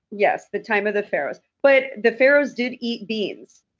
yes. the time of the pharaohs. but the pharaohs did eat beans,